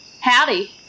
Howdy